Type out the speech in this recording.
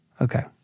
Okay